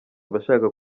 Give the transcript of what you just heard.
abashaka